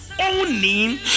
owning